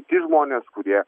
kiti žmonės kurie